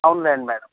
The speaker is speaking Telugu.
అవునులేండి మేడం